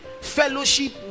fellowship